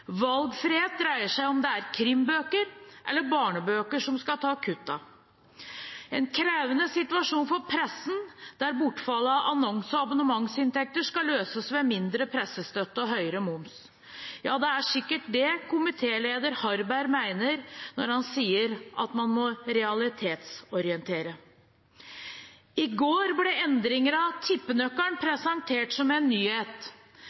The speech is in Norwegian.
Valgfrihet dreier seg om det er krimbøker eller barnebøker som skal ta kuttene. Det er en krevende situasjon for pressen, der bortfall av annonse- og abonnementsinntekter skal løses med mindre pressestøtte og høyere moms. Det er sikkert det komitéleder Harberg mener når han sier at en må realitetsorientere. I går ble endringer av tippenøkkelen presentert som en nyhet.